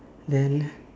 then